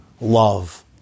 love